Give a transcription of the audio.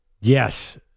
yes